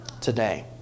today